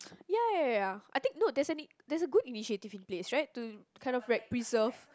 ya ya ya I think no there's any there's a good initiative in place right to kind of like preserve